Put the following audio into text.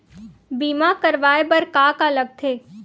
बीमा करवाय बर का का लगथे?